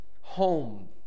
home